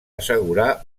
assegurar